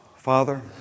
Father